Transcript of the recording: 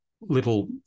little